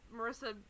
Marissa